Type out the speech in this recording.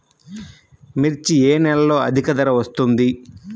మిర్చి ఏ నెలలో అధిక ధర వస్తుంది?